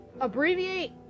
abbreviate